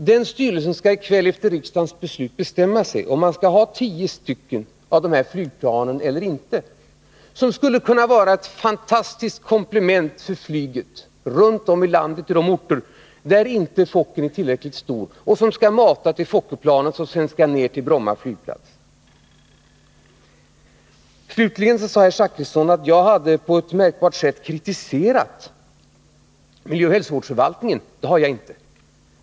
Den styrelsen skall i kväll efter riksdagens beslut bestämma sig för om man skall ha tio sådana flygplan eller inte. De skulle kunna vara ett fantastiskt komplement för flyget runt om i landet till de orter där det inte går med Fokkern, och de skulle kunna mata till Fokkerplanen, som sedan skall ner på Bromma flygplats. Slutligen sade herr Zachrisson att jag på ett märkbart sätt hade kritiserat miljöoch hälsovårdsförvaltningen. Det har jag inte.